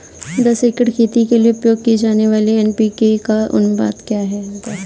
दस एकड़ खेती के लिए उपयोग की जाने वाली एन.पी.के का अनुपात क्या होगा?